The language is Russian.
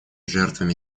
жертвами